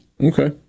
Okay